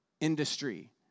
industry